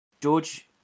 George